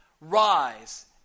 Rise